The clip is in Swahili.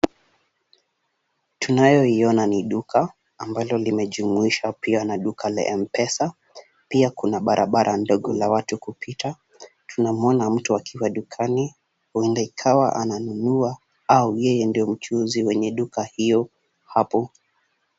Tunayoione ni duka ambalo limejumuisha pia maduka la M-Pesa. Pia kuna barabara ndogo la watu kupita. Tunamwona mtu akiwa dukani. Huenda ikawa ananunua au yeye ndiye mchuuzi wenye duka hiyo hapo